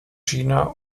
china